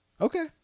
Okay